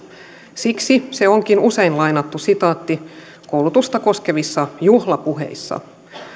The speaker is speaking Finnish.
siksi se onkin usein lainattu sitaatti koulutusta koskevissa juhlapuheissa